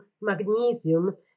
magnesium